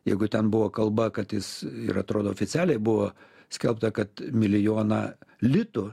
jeigu ten buvo kalba kad jis ir atrodo oficialiai buvo skelbta kad milijoną litų